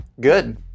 Good